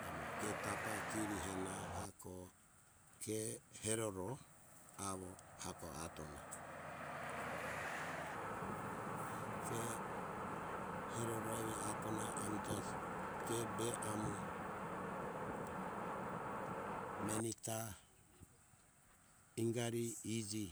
Namo ke tapa kiri hena hako ke heroro awo hako atona ke heroro evi atona amta ke be amo meni ta ingari iji